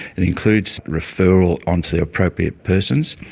it includes referral onto the appropriate persons.